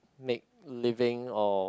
make living or